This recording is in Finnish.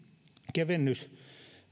kevennys